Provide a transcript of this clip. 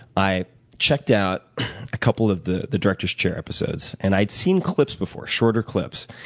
i checked out a couple of the the director's chair episode. and i had seen clips before, shorter clips,